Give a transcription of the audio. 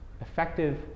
effective